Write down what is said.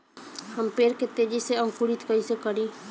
हम पेड़ के तेजी से अंकुरित कईसे करि?